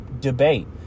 debate